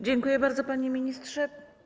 Dziękuję bardzo, panie ministrze.